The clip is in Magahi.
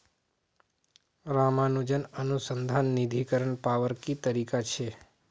रामानुजन अनुसंधान निधीकरण पावार की तरीका छे